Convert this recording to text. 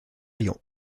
lyon